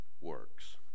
works